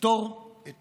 לפתור את